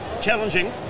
Challenging